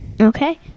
Okay